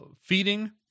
feeding